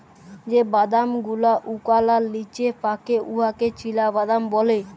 যে বাদাম গুলা ওকলার লিচে পাকে উয়াকে চিলাবাদাম ব্যলে